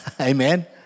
Amen